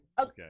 okay